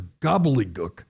gobbledygook